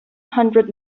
hundred